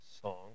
song